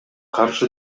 каршы